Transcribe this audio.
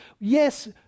yes